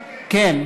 כן, כן.